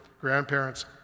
grandparents